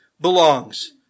belongs